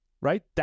Right